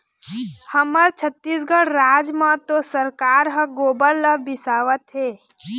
हमर छत्तीसगढ़ राज म तो सरकार ह गोबर ल बिसावत हे